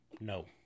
No